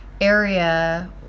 area